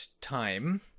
time